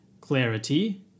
clarity